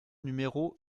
numéro